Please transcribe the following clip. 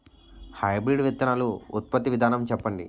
Hybrid విత్తనాలు ఉత్పత్తి విధానం చెప్పండి?